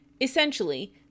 Essentially